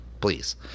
please